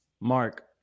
Mark